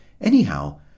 Anyhow